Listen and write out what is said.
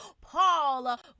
paul